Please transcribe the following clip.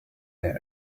their